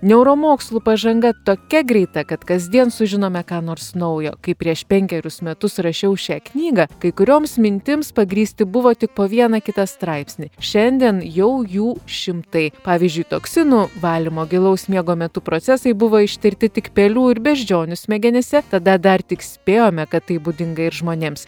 neuromokslų pažanga tokia greita kad kasdien sužinome ką nors naujo kaip prieš penkerius metus rašiau šią knygą kai kurioms mintims pagrįsti buvo tik po vieną kitą straipsnį šiandien jau jų šimtai pavyzdžiui toksinų valymo gilaus miego metu procesai buvo ištirti tik pelių ir beždžionių smegenyse tada dar tik spėjome kad tai būdinga ir žmonėms